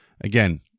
Again